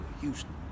Houston